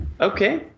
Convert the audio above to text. Okay